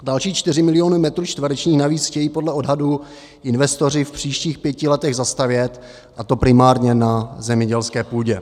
Další 4 miliony metrů čtverečních navíc chtějí podle odhadů investoři v příštích pěti letech zastavět, a to primárně na zemědělské půdě.